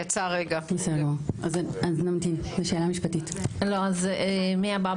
צרפת, מספרד, מיוון ומהרבה